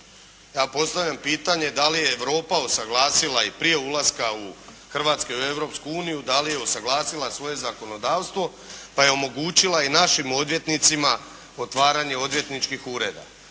Ja postavljam pitanje da li je Europa usuglasila i prije ulaska Hrvatske u Europsku uniju, da li je usuglasila svoje zakonodavstvo, pa je omogućila i našim odvjetnicima otvaranje odvjetničkih ureda